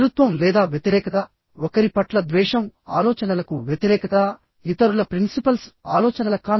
శత్రుత్వం లేదా వ్యతిరేకత ఒకరి పట్ల ద్వేషం ఆలోచనలకు వ్యతిరేకత ఇతరుల ప్రిన్సిపల్స్ కాన్ఫ్లిక్ట్ ఆఫ్ ఐడియాస్